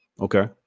Okay